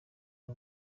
ari